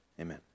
amen